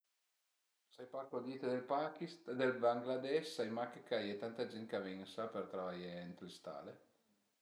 Sai pa co dite dël Pakista, dël Bangladesh, sai mach ch'a ie tanta gent ch'a ven ënsà për travaié ën le stale